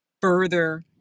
further